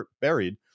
buried